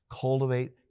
cultivate